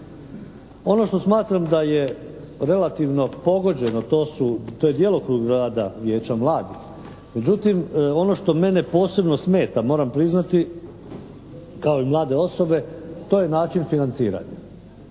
Ono što smatram da je relativno pogođeno to su, to je djelokrug rada Vijeća mladih. Međutim ono što mene posebno smeta, moram priznati kao i mlade osobe to je način financiranja.